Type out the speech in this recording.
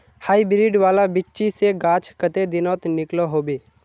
Hybrid वाला बिच्ची से गाछ कते दिनोत निकलो होबे?